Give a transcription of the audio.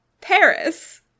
Paris